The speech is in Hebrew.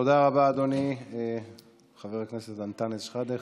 תודה רבה, אדוני חבר הכנסת אנטאנס שחאדה.